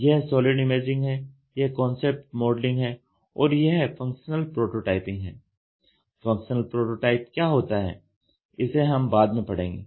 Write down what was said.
यह solid imaging है यह कॉन्सेप्ट मॉडलिंग है और यह फंक्शनल प्रोटोटाइप है फंक्शनल प्रोटोटाइप क्या होता है इसे हम बाद में पढ़ेंगे